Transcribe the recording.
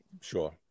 Sure